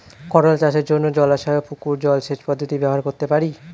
করোলা চাষের জন্য জলাশয় ও পুকুর জলসেচ পদ্ধতি ব্যবহার করতে পারি?